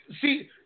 See